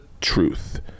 truth